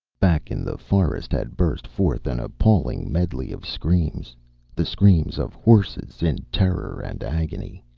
back in the forest had burst forth an appalling medley of screams the screams of horses in terror and agony.